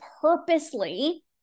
purposely